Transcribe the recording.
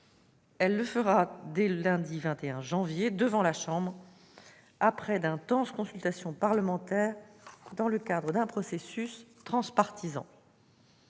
Elle le fera dès lundi 21 janvier devant la Chambre des communes, après d'intenses consultations parlementaires dans le cadre d'un processus transpartisan.